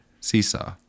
Seesaw